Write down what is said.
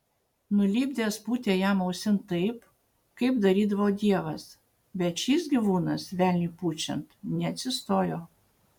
nulipdęs pūtė jam ausin taip kaip darydavo dievas bet šis gyvūnas velniui pučiant neatsistojo